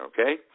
okay